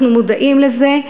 אנחנו מודעים לזה,